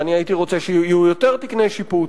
והייתי רוצה שיהיו יותר תקני שיפוט,